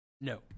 No